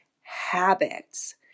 habits